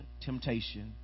temptation